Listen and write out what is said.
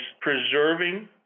preserving